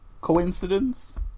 Coincidence